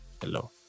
hello